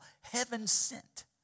heaven-sent